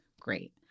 great